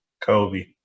Kobe